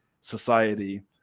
Society